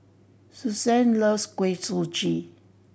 Susann loves Kuih Suji